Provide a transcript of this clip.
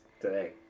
today